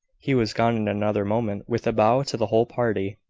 he was gone in another moment, with a bow to the whole party.